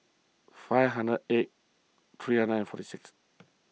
five hundred eight three hundred and forty six